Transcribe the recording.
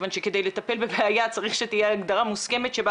כיוון שכדי לטפל בבעיה צריך שתהיה הגדרה מוסכמת.